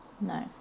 No